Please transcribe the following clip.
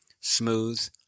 Smooth